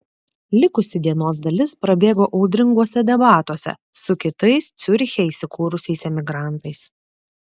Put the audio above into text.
likusi dienos dalis prabėgo audringuose debatuose su kitais ciuriche įsikūrusiais emigrantais